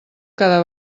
cada